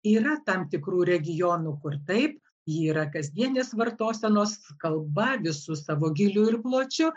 yra tam tikrų regionų kur taip ji yra kasdienės vartosenos kalba visu savo gyliu ir pločiu